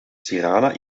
tirana